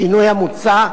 מהשינוי המוצע,